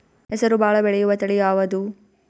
ಹೆಸರು ಭಾಳ ಬೆಳೆಯುವತಳಿ ಯಾವದು?